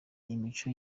imico